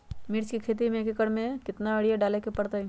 मिर्च के खेती में एक एकर में कितना यूरिया डाले के परतई?